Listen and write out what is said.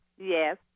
Yes